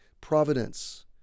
providence